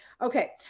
Okay